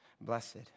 blessed